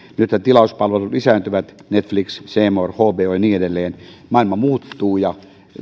nythän tilauspalvelut lisääntyvät netflix c more hbo ja niin edelleen maailma muuttuu ja